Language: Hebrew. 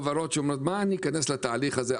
אז יש חברות שאומרות למה להיכנס לתהליך הזה,